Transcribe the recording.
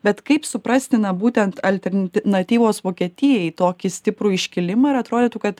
bet kaip suprastina būtent altern natyvos vokietijai tokį stiprų iškilimą ir atrodytų kad